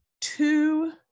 two